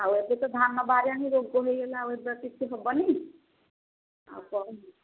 ଆଉ ଏବେ ତ ଧାନ ବାହାରିଲାଣି ରୋଗ ହୋଇଗଲା ଆଉ ଏବେ କିଛି ହେବନି ଆଉ